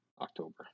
october